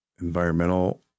environmental